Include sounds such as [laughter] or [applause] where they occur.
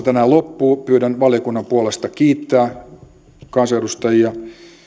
[unintelligible] tänään loppuu pyydän valiokunnan puolesta saada kiittää kansanedustajia